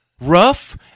rough